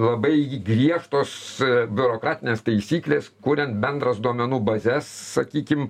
labai griežtos biurokratinės taisyklės kuriant bendras duomenų bazes sakykim